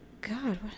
God